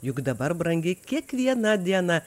juk dabar brangi kiekviena diena